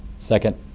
second.